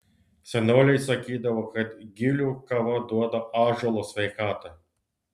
senoliai sakydavo kad gilių kava duoda ąžuolo sveikatą